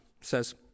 says